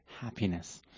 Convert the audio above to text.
happiness